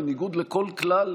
בניגוד לכל כלל,